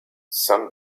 sun